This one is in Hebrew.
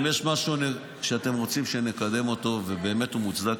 אם יש משהו שאתם רוצים שנקדם אותו ובאמת הוא מוצדק,